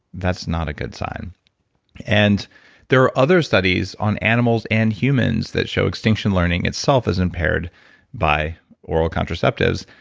that's not a good sign and there are other studies on animals and humans that show extinction learning itself is impaired by oral contraceptives.